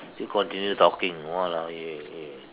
you continue talking !waloa! eh